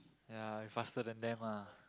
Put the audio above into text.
ya I faster than them ah